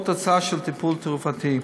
או תוצאה של טיפול תרופתי.